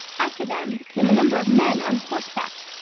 after them came a number of men on horseback,